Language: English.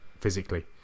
physically